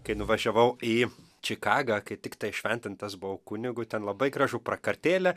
kai nuvažiavau į čikagą kai tiktai šventintas buvau kunigu ten labai gražu prakartėlė